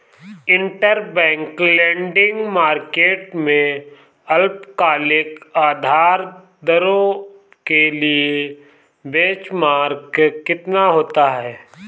Interbank lending market में अल्पकालिक उधार दरों के लिए बेंचमार्क कितना होता है?